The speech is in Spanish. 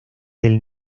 del